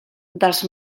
dels